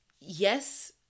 Yes